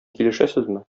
килешәсезме